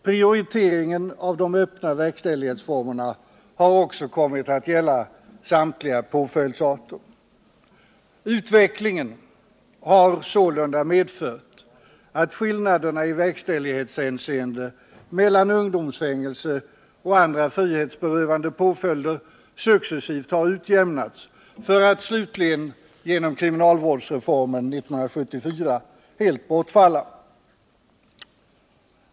Prioriteringen av de öppna verkställighetsformerna har också kommit att gälla samtliga påföljdsarter. Utvecklingen har sålunda medfört att skillnaderna i verkställighetshänseende mellan ungdomsfängelse och andra frihetsberövande påföljder successivt har utjämnats för att slutligen genom kriminalvårdsreformen 1974 helt bortfalla.